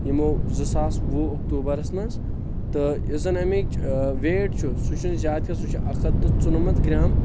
یِمو زٕ ساس وُہ اکتوبرس منٛز تہٕ یُس زن امیِچ ویٹ چھُ سُہ چھُنہٕ زیادٕ کینٛہہ سُہ چھُ اکھ ہتھ تہٕ ژُنمتھ گرام